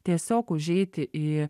tiesiog užeiti į